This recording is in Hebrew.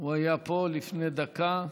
הוא היה פה לפני דקה.